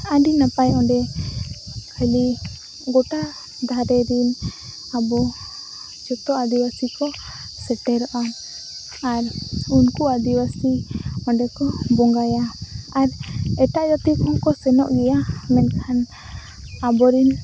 ᱟᱹᱰᱤ ᱱᱟᱯᱟᱭ ᱚᱸᱰᱮ ᱠᱷᱟᱹᱞᱤ ᱜᱚᱴᱟ ᱫᱷᱟᱨᱮᱨᱤᱱ ᱟᱵᱚ ᱡᱚᱛᱚ ᱟᱹᱫᱤᱵᱟᱹᱥᱤᱠᱚ ᱥᱮᱴᱮᱨᱚᱜᱼᱟ ᱟᱨ ᱩᱱᱠᱚ ᱟᱹᱫᱤᱵᱟᱹᱥᱤ ᱚᱸᱰᱮᱠᱚ ᱵᱚᱸᱜᱟᱭᱟ ᱟᱨ ᱮᱴᱟᱜ ᱡᱟᱹᱛᱤ ᱠᱚᱦᱚᱸᱠᱚ ᱥᱮᱱᱚᱜ ᱜᱮᱭᱟ ᱢᱮᱱᱠᱷᱟᱱ ᱟᱵᱚᱨᱤᱱ